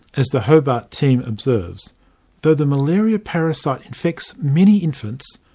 as the hobart team observes, though the malaria parasite infects many infants,